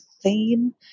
theme